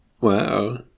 Wow